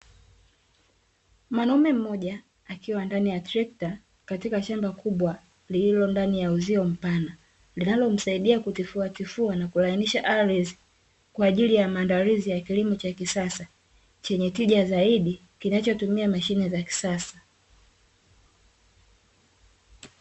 Mwanaume mmoja akiwa ndani ya trekta katika shamba kubwa lililo ndani ya uzio mpana, linalomsaidia kutifuatifua na kulainisha ardhi kwaajili ya maandalizi ya kilimo cha kisasa, chenye tija zaidi kinachotumia mashine za kisasa.